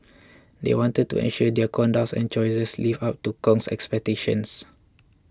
they wanted to ensure their conducts and choices lived up to Kong's expectations